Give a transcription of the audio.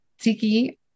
Tiki